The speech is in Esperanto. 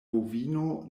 bovino